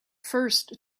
first